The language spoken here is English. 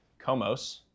Comos